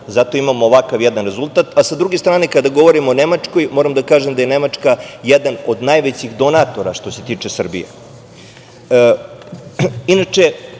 zato imamo ovakav jedan rezultat. A, sa druge strane, kada govorimo o Nemačkoj, moram da kažem da je Nemačka jedan od najvećih donatora što se tiče Srbije. Inače,